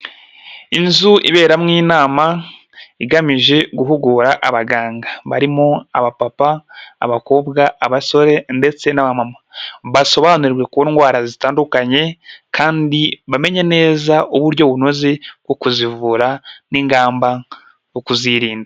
Inzu iberamo inama, igamije guhugura abaganga, barimo abapapa, abakobwa, abasore ndetse n'abamama, basobanurirwe ku ndwara zitandukanye, kandi bamenye neza uburyo bunoze bwo kuzivura n'ingamba ukuzirinda.